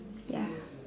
ya